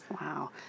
Wow